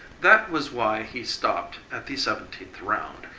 that was why he stopped at the seventeenth round,